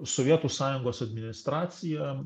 sovietų sąjungos administracija